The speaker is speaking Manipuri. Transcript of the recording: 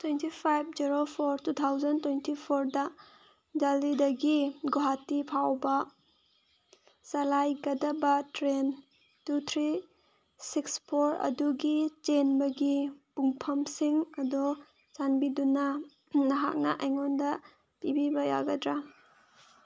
twenty five zero four two thousand twenty ꯐꯣꯔꯗ ꯗꯦꯜꯂꯤꯗꯒꯤ ꯒꯨꯍꯥꯇꯤ ꯐꯥꯎꯕ ꯆꯂꯥꯏꯒꯗꯕ train two three six four ꯑꯗꯨꯒꯤ ꯆꯦꯟꯕꯒꯤ ꯄꯨꯡꯐꯝꯁꯤꯡ ꯑꯗꯣ ꯆꯥꯟꯕꯤꯗꯨꯅ ꯅꯍꯥꯛꯅ ꯑꯩꯉꯣꯟꯗ ꯄꯤꯕꯤꯕ ꯌꯥꯒꯗ꯭ꯔꯥ